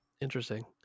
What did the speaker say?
interesting